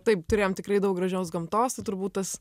taip turėjom tikrai daug gražios gamtos tai turbūt tas